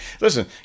listen